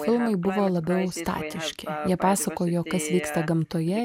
filmai buvo labiau statiški jie pasakojo kas vyksta gamtoje